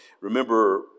Remember